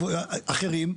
אחרים,